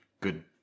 good